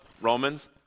Romans